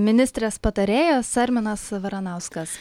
ministrės patarėjas arminas varanauskas